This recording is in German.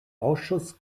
ausschuss